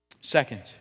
Second